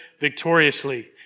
victoriously